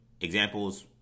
examples